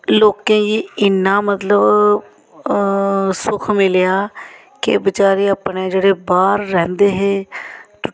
लोकें ई इन्ना मतलब सुख मिलेआ कि बचारी अपने जेह्ड़े बाहर रौंह्दे हे